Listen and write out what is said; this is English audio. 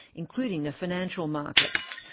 including the financial markets.